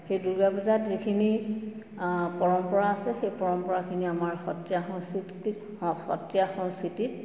সেই দুৰ্গা পূজাত যিখিনি পৰম্পৰা আছে সেই পৰম্পৰাখিনি আমাৰ সত্ৰীয়া সংস্কৃতিত সত্ৰীয়া সংস্কৃতিত